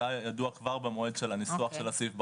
זה היה ידוע כבר במועד הניסוח של הסעיף בחוק.